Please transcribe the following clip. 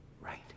Right